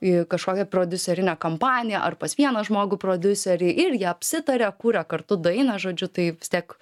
į kažkokią prodiuserinę kompaniją ar pas vieną žmogų prodiuserį ir jie apsitaria kuria kartu dainą žodžiu tai vis tiek